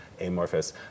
amorphous